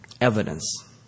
evidence